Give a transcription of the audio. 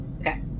okay